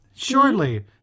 shortly